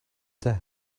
death